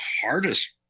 hardest